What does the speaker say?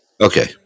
okay